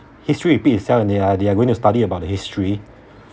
history repeat itself and they are they are going to study about the history